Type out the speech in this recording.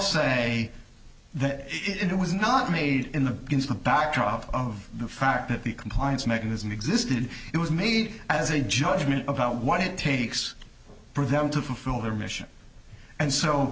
say that it was not made in the backdrop of the fact that the compliance mechanism existed it was made as a judgment about what it takes for them to fulfill their mission and